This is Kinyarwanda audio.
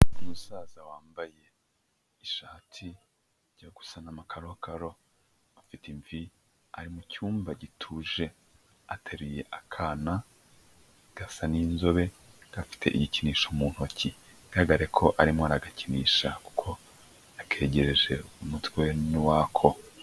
Umusaza wambaye ishati ijya gusa na karokaro, afite imvi, ari mu cyumba gituje, ateruye akana gasa n'inzobe gafite igikinisho mu ntoki, bigaragare ko arimo aragakinisha kuko yakereje umutwe n'uwako.